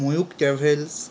Mayukh travels